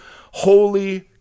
Holy